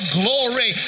glory